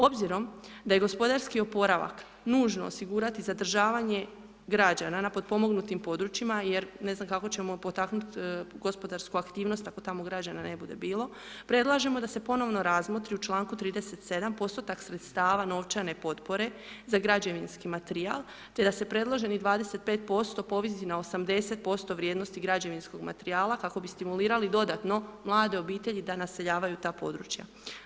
Obzirom da je gospodarski oporavak nužno osigurati zadržavanje građana na potpomognutim područjima, jer ne znam kako ćemo potaknut gospodarsku aktivnost ako tamo građana ne bude bilo, predlažemo da se ponovno razmotri u čl. 37. postotak sredstava novčane potpore za građevinski materijal, te da se predloženih 25% povisi na 80% vrijednosti građevinskog materijala kako bi stimulirali dodatno mlade obitelji da naseljavaju ta područja.